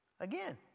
Again